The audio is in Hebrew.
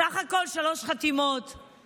שלוש חתימות סך הכול.